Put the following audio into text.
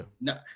No